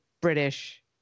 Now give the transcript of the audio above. British